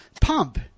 Pump